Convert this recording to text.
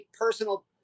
personal